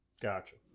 Gotcha